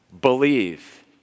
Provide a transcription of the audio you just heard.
Believe